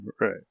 Right